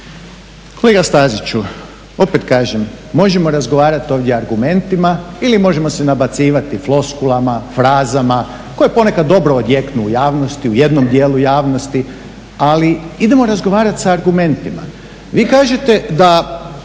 Kolega Staziću, opet kažem možemo razgovarat ovdje argumentima ili možemo se nabacivati floskulama, frazama koje ponekad dobro odjeknu u javnosti, u jednom dijelu javnosti, ali idemo razgovarat s argumentima. Vi kažete da